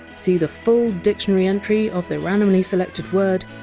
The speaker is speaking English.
see the full dictionary entry of the randomly selected words,